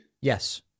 Yes